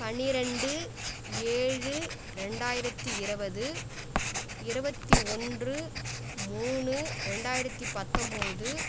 பன்னிரெண்டு ஏழு ரெண்டாயிரத்து இருவது இருவத்தி ஒன்று மூணு ரெண்டாயிரத்து பத்தொம்போது